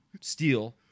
steal